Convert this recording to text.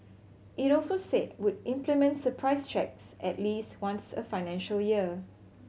it also said would implement surprise checks at least once a financial year